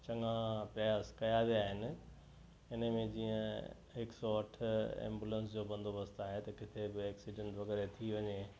चङा प्रयास कया विया आहिनि इने में जीअं हिकु सौ अठ एम्बुलेंस जो बंदोबस्तु आहे त किथे बि एक्सीडेंट वग़ैरह थी वञे